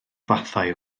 fathau